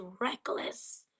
reckless